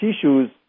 tissues